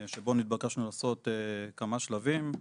שבו נתבקשנו לעשות כמה שלבים.